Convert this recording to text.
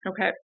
Okay